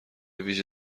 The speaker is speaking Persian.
ویژه